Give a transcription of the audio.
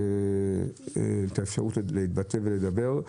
אפשרות להתבטא ולדבר.